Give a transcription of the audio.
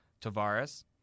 Tavares